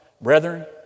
Brethren